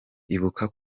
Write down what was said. ibuka